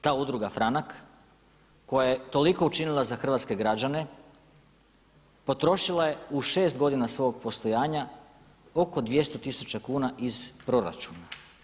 Ta Udruga Franak koja je toliko učinila za hrvatske građane potrošila je u 6 godina svog postojanja oko 200 tisuća kuna iz proračuna.